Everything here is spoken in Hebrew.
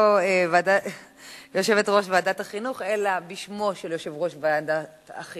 לוועדת החוץ והביטחון להכנתה לקריאה שנייה ולקריאה שלישית.